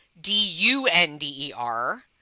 D-U-N-D-E-R